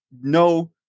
no